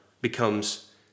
becomes